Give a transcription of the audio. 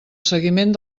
seguiment